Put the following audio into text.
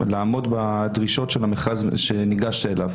לעמוד בדרישות של המכרז שניגשת אליו.